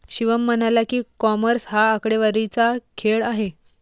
शिवम म्हणाला की, कॉमर्स हा आकडेवारीचा खेळ आहे